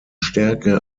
stärke